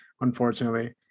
unfortunately